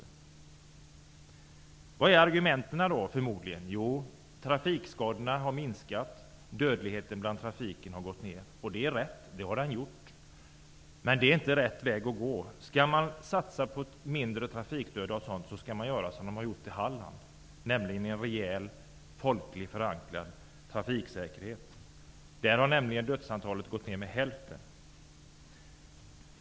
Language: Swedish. Vilka är argumenten emot? Jo, att trafikskadorna har minskat och att dödligheten i trafiken har gått ner. Det är rätt, det har de gjort. Men det är inte rätt väg att gå. Skall vi satsa på att minska trafikdöden skall vi göra som man har gjort i Halland, nämligen ett rejält och folkligt förankrat trafiksäkerhetsarbete. Där har antalet döda i trafiken gått ner med hälften.